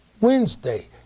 wednesday